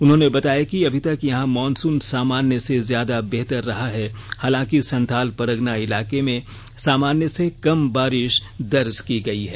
उन्होंने बताया कि अभी तक यहां मानसून सामान्य से ज्यादा बेहतर रहा है हालांकि संथाल परगाना इलाके में सामान्य से कम बारिष दर्ज की गयी है